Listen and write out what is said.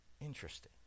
Interesting